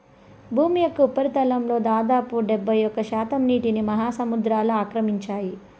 భూమి యొక్క ఉపరితలంలో దాదాపు డెబ్బైఒక్క శాతం నీటిని మహాసముద్రాలు ఆక్రమించాయి